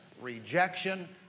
rejection